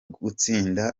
gutsinda